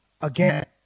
again